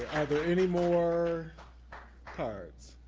are there any more cards?